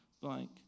blank